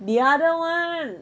the other [one]